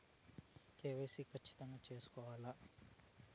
KYC ఖచ్చితంగా సేసుకోవాలా